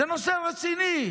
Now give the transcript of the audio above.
זה נושא רציני.